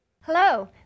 Hello